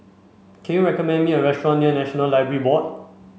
can you recommend me a restaurant near National Library Board